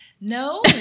No